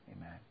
Amen